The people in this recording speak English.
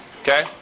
Okay